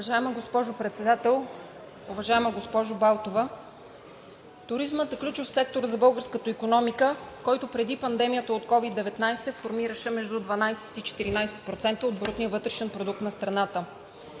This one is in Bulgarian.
Уважаема госпожо Председател, уважаема госпожо Балтова! Туризмът е ключов сектор за българската икономика, който преди пандемията от COVID-19 формираше между 12 и 14% от брутния вътрешен продукт на страната.